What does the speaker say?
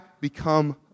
become